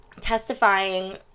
testifying